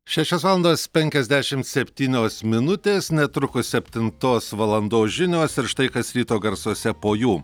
šešios valandos penkiasdešim septynios minutės netrukus septintos valandos žinios ir štai kas ryto garsuose po jų